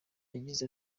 yagize